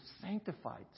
sanctified